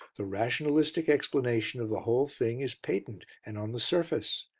the rationalistic explanation of the whole thing is patent and on the surface.